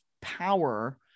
power